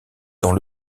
dans